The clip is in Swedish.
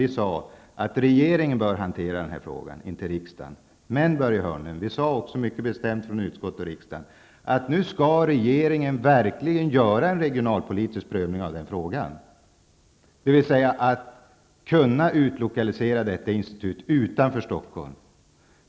Vi sade att regeringen borde hantera denna fråga, inte riksdagen. Men, Börje Hörnlund, vi sade också mycket bestämt från utskottet och riksdagen att regeringen verkligen skulle göra en regionalpolitisk pröving av den frågan, dvs. att detta institut skulle kunna utlokaliseras utanför Stockholm.